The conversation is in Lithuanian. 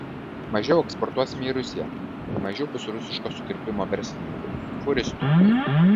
mažiau eksportuosim į rusiją mažiau bus rusiško sukirpimo verslininkų fūristų